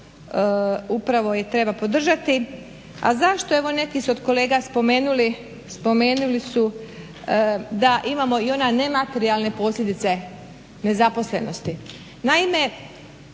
upravo je treba podržati. A zašto? Evo neki su od kolega spomenuli, spomenuli su da imamo i ona nematerijalne posljedice nezaposlenosti. Naime,